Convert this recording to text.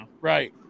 right